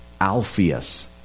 Alpheus